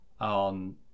on